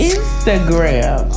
Instagram